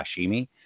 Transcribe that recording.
sashimi